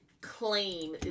claim